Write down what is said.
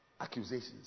Accusations